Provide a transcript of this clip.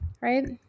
right